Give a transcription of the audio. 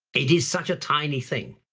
it is such a tiny thing.